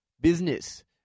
Business